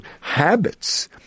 habits